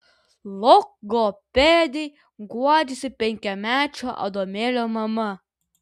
logopedei guodžiasi penkiamečio adomėlio mama